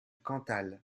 cantal